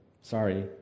sorry